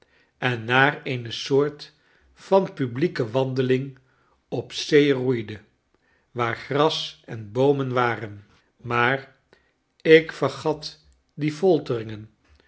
en naar eene soorfc van publieke wandeling op zee roeide waar gras en boomen waren maar ik vergat die folteringen